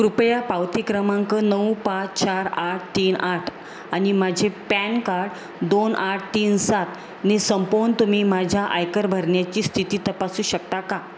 कृपया पावती क्रमांक नऊ पाच चार आठ तीन आठ आणि माझे पॅन कार्ड दोन आठ तीन सातने संपवून तुम्ही माझ्या आयकर भरण्याची स्थिती तपासू शकता का